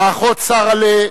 האחות שרהל'ה,